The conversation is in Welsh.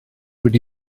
wedi